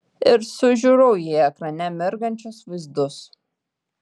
ir sužiurau į ekrane mirgančius vaizdus